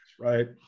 right